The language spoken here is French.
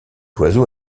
oiseau